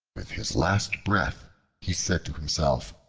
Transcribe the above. with his last breath he said to himself,